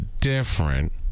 different